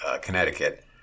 Connecticut